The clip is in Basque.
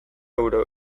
euro